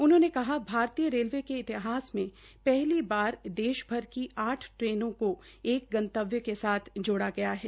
उन्होंने कहा कि भारतीय रेलवे के इतिहास में पहली बार देश भर की आठ ट्रेनों का एक गंतव्य के साथ जोड़ा गया है